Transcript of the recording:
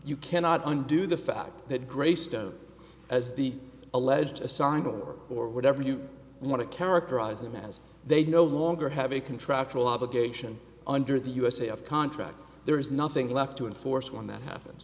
you cannot undo the fact that graystone as the alleged assignment or whatever you want to characterize them as they no longer have a contractual obligation under the usa of contract there is nothing left to enforce when that happen